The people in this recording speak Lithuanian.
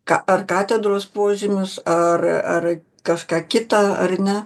ka ar katedros požemius ar ar kažką kitą ar ne